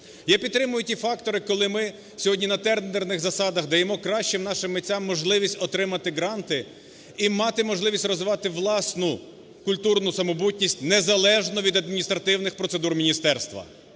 Я підтримую ті фактори, коли ми сьогодні на тендерних засадах даємо кращим нашим митцям можливість отримати гранти і мати можливість розвивати власну культурну самобутність, незалежно від адміністративних процедур міністерства,